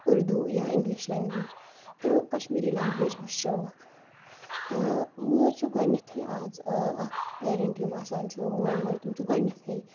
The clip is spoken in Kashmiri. اُردو یا اِنٛگلِش لنٛگویج تہٕ کَشمیٖری لنٛگویج مٔشرٲوٕکھ تہٕ مٲج چھِ گۄڈنٮ۪تھٕے اَز اَکھ پیرَنٛٹ یِم آسان چھُ مول موج تِم چھِ گۄڈنٮ۪تھٕے